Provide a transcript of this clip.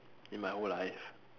in my whole life